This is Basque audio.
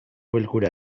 bilkura